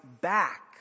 back